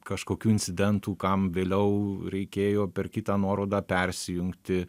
kažkokių incidentų kam vėliau reikėjo per kitą nuorodą persijungti